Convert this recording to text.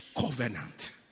covenant